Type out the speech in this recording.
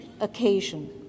occasion